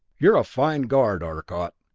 you're a fine guard, arcot.